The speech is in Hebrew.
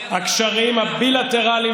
הקשרים הבילטרליים